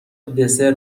دسر